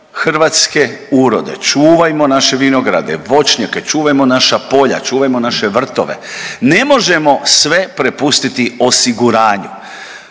hrvatske urode, čuvajmo naše vinograde, voćnjake, čuvajmo naša polja, čuvajmo naše vrtove. Ne možemo sve prepustiti osiguranju.